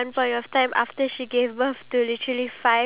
did you take him to the vet